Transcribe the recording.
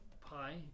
pi